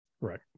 right